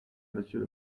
monsieur